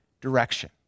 direction